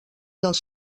dels